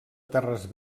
terres